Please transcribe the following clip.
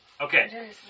Okay